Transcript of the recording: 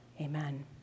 Amen